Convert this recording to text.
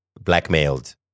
blackmailed